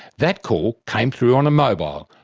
that call came through on a mobile,